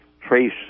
trace